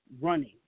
running